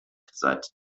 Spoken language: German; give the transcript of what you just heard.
seit